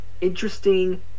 interesting